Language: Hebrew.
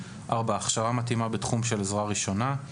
(4)הכשרה מתאימה בתחום של עזרה ראשונה,